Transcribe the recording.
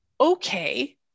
okay